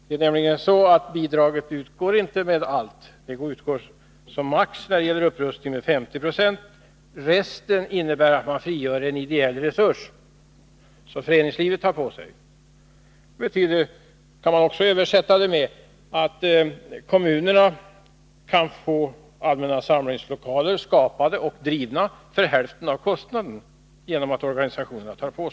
Det är nämligen så att bidraget utgår med maximalt 50 26 när det gäller upprustning. Resten får man genom att frigöra en ideell resurs, som föreningslivet tar på sig. Man kan översätta detta med att säga att kommunerna kan skapa och driva allmänna samlingslokaler för hälften av kostnaden, genom att organisationerna ställer upp.